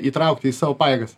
įtraukti į savo pajėgas